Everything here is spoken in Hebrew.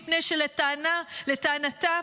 מפני שלטענתה